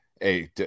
Hey